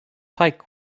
pike